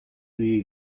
the